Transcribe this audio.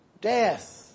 death